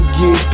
get